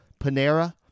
Panera